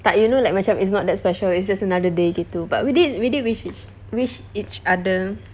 but you know like macam it's not that special it's just another day gitu but we did we did wish each wish each other